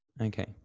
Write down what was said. Okay